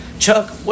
Chuck